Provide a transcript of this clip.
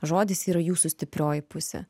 žodis yra jūsų stiprioji pusė